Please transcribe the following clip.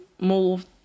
moved